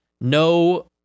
no